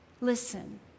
Listen